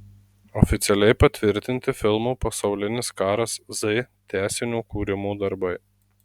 oficialiai patvirtinti filmo pasaulinis karas z tęsinio kūrimo darbai